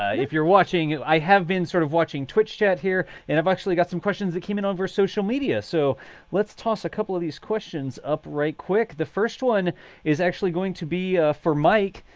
if you're watching, i have been sort of watching twitch chat here, and i've actually got some questions that came in over social media. so let's toss a couple of these questions up right quick. the first one is actually going to be for mike,